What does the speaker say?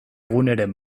guneren